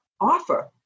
offer